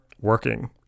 working